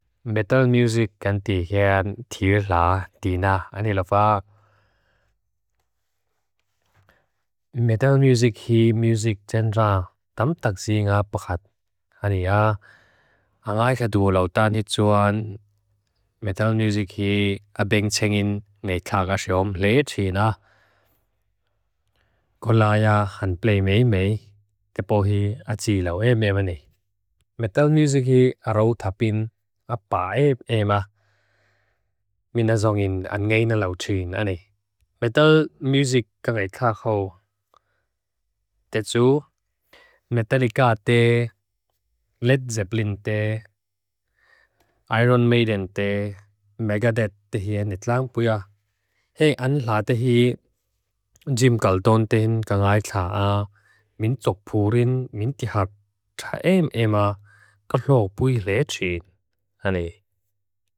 Metal music kan tìkhean tìlaa tìnaa. Ani lofaak. Metal music hii music jendraa tam taksìngaa pahat. Ani yaa. A ngay kaduulau tani tsuan. Metal music hii a beng tsengin ngay tlaakashom. Léi tìnaa. Ko laa yaa han plei mei mei. Tepoh hii a tìlau e meamanei. Metal music hii a rau thapin. A ppaa e emaa. Min azongin a ngay nalau tsuyin. Ani. Metal music kan e tlaakaw. Tetsu. Metallica te. Led Zeppelin te. Iron Maiden te. Megadeth te hii a nitlaang puya. Hei an laa te hii. Jim Carlton tehin kan ngay tlaa a. Min topurin. Min tihap. Ta em emaa. Ka lo pui le tsyin. Ani.